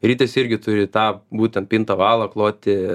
ritės irgi turi tą būtent pintą valą kloti